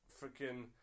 freaking